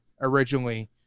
originally